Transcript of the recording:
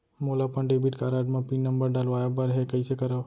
मोला अपन debit card म पिन नंबर डलवाय बर हे कइसे करव?